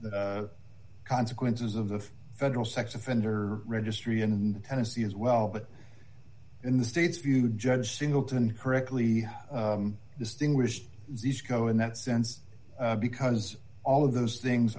consequences of the federal sex offender registry in tennessee as well but in the state's view judge singleton correctly distinguished xisco in that sense because all of those things